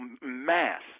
mass